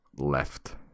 left